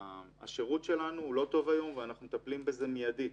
השירות שלנו הוא לא טוב היום ואנחנו מטפלים בזה מידית.